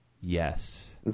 Yes